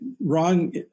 wrong